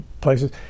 places